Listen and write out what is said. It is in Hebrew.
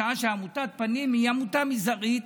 בשעה שעמותת פנים היא עמותה זעירה,